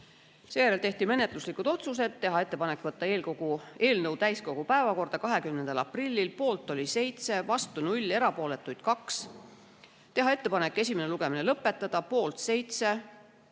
Seejärel tehti menetluslikud otsused: teha ettepanek võtta eelnõu täiskogu päevakorda 20. aprillil (poolt oli 7, vastu 0, erapooletuid 2), teha ettepanek esimene lugemine lõpetada (poolt 7,